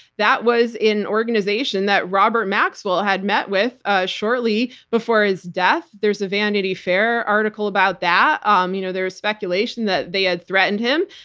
that was an organization that robert maxwell had met with ah shortly before his death. there's a vanity fair article about that. um you know there's speculation that they had threatened him.